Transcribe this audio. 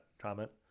comment